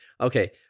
Okay